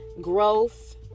growth